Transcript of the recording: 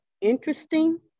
interesting